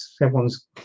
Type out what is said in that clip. everyone's